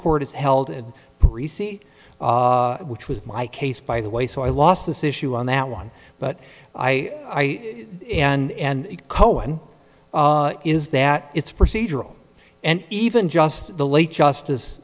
court is held and receipt which was my case by the way so i lost this issue on that one but i and cohen is that it's procedural and even just the late justice